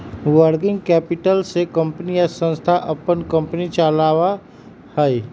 working capital से company या संस्था अपन कंपनी चलावा हई